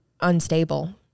unstable